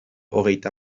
hogeita